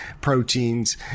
proteins